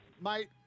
Mate